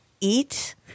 eat